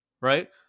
right